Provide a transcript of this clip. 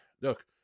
Look